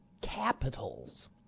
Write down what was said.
capitals